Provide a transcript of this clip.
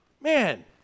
man